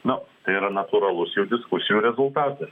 na tai yra natūralus jau diskusijų rezultatas